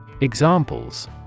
Examples